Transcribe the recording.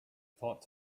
thought